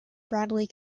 bradley